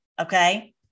Okay